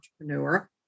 entrepreneur